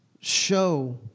show